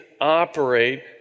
operate